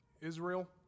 Israel